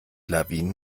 lawinen